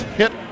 hit